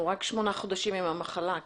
אנחנו רק שמונה חודשים עם המחלה,